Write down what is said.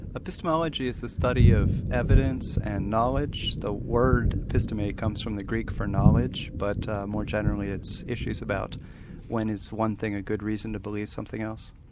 epistemology is the study of evidence and knowledge, the word episteme comes from the greek for knowledge, but more generally it's issues about when is one thing a good reason to believe something else.